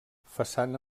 façana